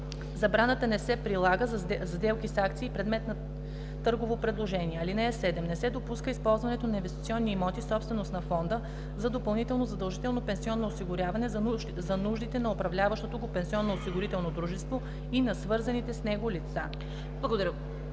Забраната не се прилага за сделки с акции – предмет на търгово предложение. (7) Не се допуска ползването на инвестиционни имоти – собственост на фонда за допълнително задължително пенсионно осигурявяне, за нуждите на управляващото го пенсионноосигурително дружество и на свързаните с него лица.“